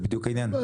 זה בדיוק העניין,